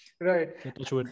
right